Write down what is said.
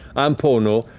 i'm pono.